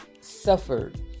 suffered